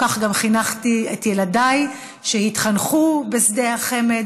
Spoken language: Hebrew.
כך גם חינכתי את ילדיי, שהתחנכו בשדה החמ"ד.